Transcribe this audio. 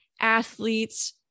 athletes